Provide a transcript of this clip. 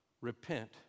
repent